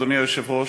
אדוני היושב-ראש,